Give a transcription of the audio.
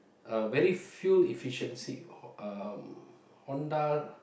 uh very fuel efficiency Ho~ um Honda